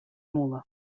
mûle